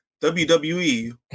WWE